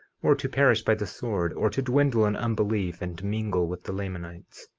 or to perish by the sword, or to dwindle in unbelief, and mingle with the lamanites.